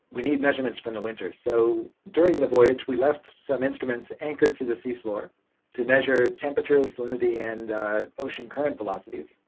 we need measurements from the winter. so during the voyage we left some instruments anchored to the sea floor to measure temperature, salinity and ocean current velocities.